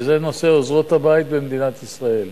וזה נושא עוזרות-הבית במדינת ישראל.